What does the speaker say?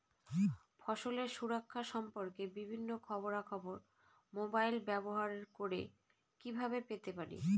ফসলের সুরক্ষা সম্পর্কে বিভিন্ন খবরা খবর মোবাইল ব্যবহার করে কিভাবে পেতে পারি?